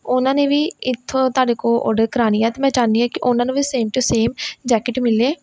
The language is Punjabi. ਉਹਨਾਂ ਨੇ ਵੀ ਇੱਥੋਂ ਤੁਹਾਡੇ ਕੋਲ ਓਡਰ ਕਰਾਉਣੀ ਆ ਅਤੇ ਮੈਂ ਚਾਹੁੰਦੀ ਹਾਂ ਕਿ ਉਹਨਾਂ ਨੂੰ ਵੀ ਸੇਮ ਟੂ ਸੇਮ ਜੈਕਟ ਮਿਲੇ